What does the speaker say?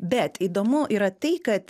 bet įdomu yra tai kad